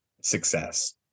success